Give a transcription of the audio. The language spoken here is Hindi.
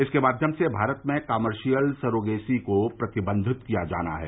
इसके माध्यम से भारत में कमर्शियल सरोगेसी को प्रतिबंधित किया जाना है